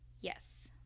yes